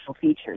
features